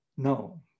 No